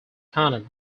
content